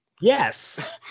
Yes